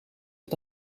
het